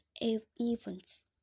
events